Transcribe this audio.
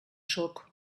sóc